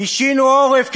קישינו עורף,